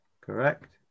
Correct